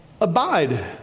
Abide